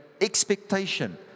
expectation